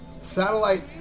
satellite